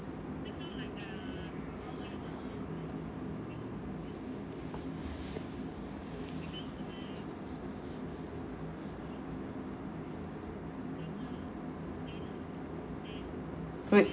wait